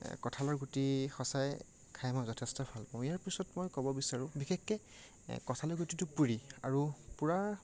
কঠালৰ গুটি সঁচাই খাই মই যথেষ্ট ভাল পাওঁ ইয়াৰ পিছত মই ক'ব বিচাৰোঁ বিশেষকৈ কঠালৰ গুটিটো পুৰি আৰু পুৰাৰ